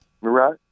Right